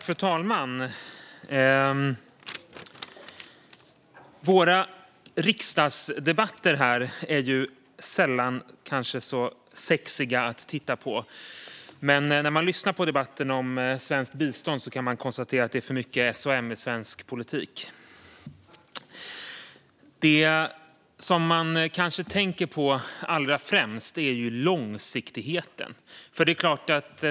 Fru talman! Våra riksdagsdebatter är kanske sällan särskilt sexiga att titta på, men när man lyssnar på debatten om svenskt bistånd kan man konstatera att det är för mycket S&M i svensk politik. Det man kanske tänker på allra främst är långsiktigheten.